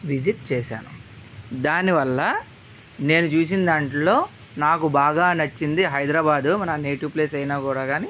visit చేశాను దానివల్ల నేను చూసిన దాంట్లో నాకు బాగా నచ్చింది హైదరాబాదు మన నేటివ్ ప్లేస్ అయినా కూడా కానీ